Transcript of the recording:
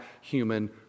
human